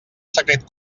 secret